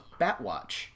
Batwatch